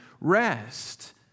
rest